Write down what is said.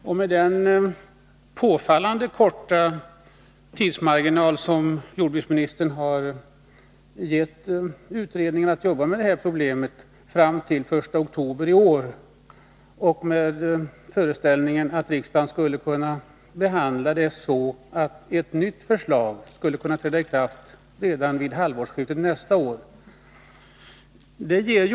Och jordbruksministern har också gett utredningen en påfallande kort tidsmarginal för att arbeta med detta problem — fram till den 1 oktober i år, med föreställningen att en riksdagsbehandling skall kunna ske så att ett nytt förslag skulle kunna träda i kraft redan vid halvårsskiftet nästa år.